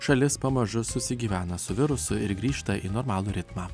šalis pamažu susigyvena su virusu ir grįžta į normalų ritmą